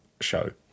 show